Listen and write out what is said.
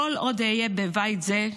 כל עוד אהיה בבית זה,